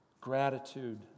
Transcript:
gratitude